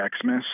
Xmas